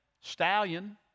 stallion